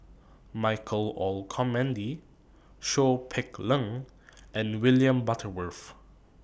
Michael Olcomendy Seow Peck Leng and William Butterworth